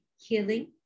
healing